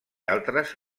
altres